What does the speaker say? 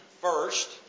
first